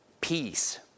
peace